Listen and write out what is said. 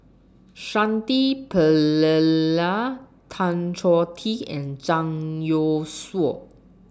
Shanti Tan Choh Tee and Zhang Youshuo